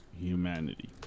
humanity